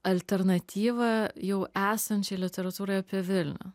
alternatyvą jau esančią literatūroje apie vilnių